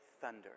thunder